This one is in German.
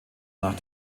nach